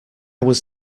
was